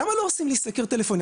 למה לא עושים סקר טלפוני?